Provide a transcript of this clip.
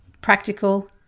practical